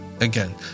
Again